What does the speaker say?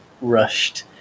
rushed